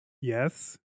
yes